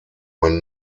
man